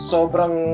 Sobrang